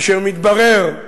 אשר מתברר,